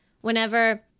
whenever